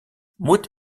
moet